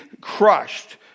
crushed